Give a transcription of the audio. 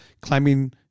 climbing